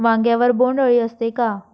वांग्यावर बोंडअळी असते का?